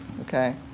okay